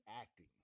acting